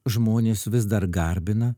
žmonės vis dar garbina